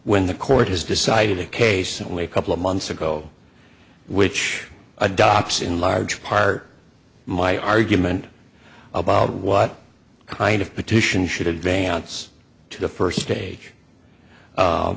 when the court has decided a case only a couple of months ago which adopts in large part my argument about what kind of petition should advance to the first